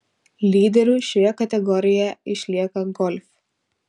lyderiu šioje kategorijoje išlieka golf